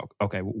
okay